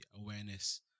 awareness